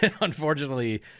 unfortunately